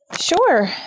Sure